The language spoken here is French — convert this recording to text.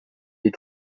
des